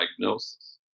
diagnosis